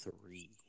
three